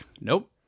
Nope